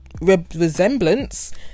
resemblance